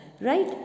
right